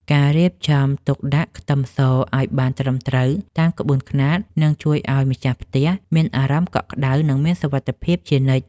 ការរៀបចំទុកដាក់ខ្ទឹមសឱ្យបានត្រឹមត្រូវតាមក្បួនខ្នាតនឹងជួយឱ្យម្ចាស់ផ្ទះមានអារម្មណ៍កក់ក្តៅនិងមានសុវត្ថិភាពជានិច្ច។